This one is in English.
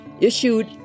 issued